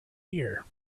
here